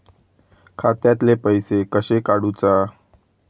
खात्यातले पैसे कशे काडूचा?